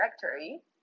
directory